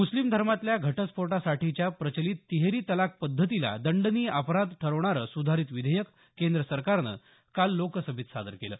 मुस्लीम धर्मातल्या घटस्फोटासाठीच्या प्रचलित तिहेरी तलाक पद्धतीला दंडनीय अपराध ठरवणारं सुधारित विधेयक केंद्र सरकारनं काल लोकसभेत सादर केलं